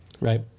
Right